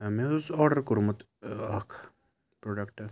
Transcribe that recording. مےٚ حظ اوس آرڈَر کوٚرمُت اَکھ پرٛوٚڈَکٹ